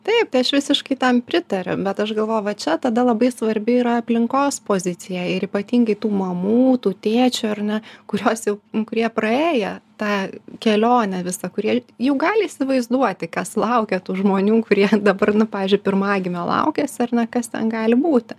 taip tai aš visiškai tam pritariu bet aš galvoju va čia tada labai svarbi yra aplinkos pozicija ir ypatingai tų mamų tų tėčių ar ne kuriuos jau kurie praėję tą kelionę visą kurie jau gali įsivaizduoti kas laukia tų žmonių kurie dabar nu pavyzdžiui pirmagimio laukiasi ar ne kas ten gali būti